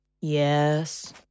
Yes